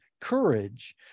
courage